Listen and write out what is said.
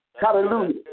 Hallelujah